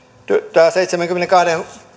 tämä seitsemänkymmenenkahden